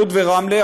לוד ורמלה,